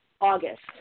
August